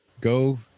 Go